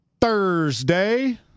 Thursday